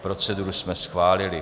Proceduru jsme schválili.